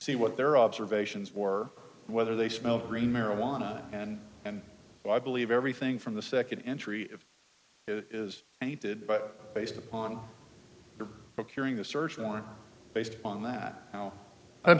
see what their observations were whether they smelled green marijuana and and i believe everything from the second entry if it is and he did but based upon the procuring a search warrant based on that now i'm